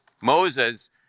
Moses